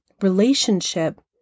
relationship